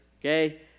okay